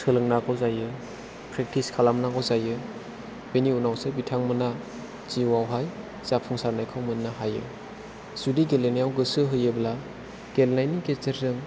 सोलोंनांगौ जायो प्रेक्टिस खालामनांगौ जायो बेनि उनावसो बिथांमोना जिउआवहाय जाफुंसारनायखौ मोननो हायो जुदि गेलेनायाव गोसो होयोब्ला गेलेनायनि गेजेरजों